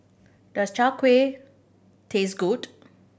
does Chai Kueh taste good